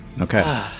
Okay